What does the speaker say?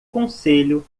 concelho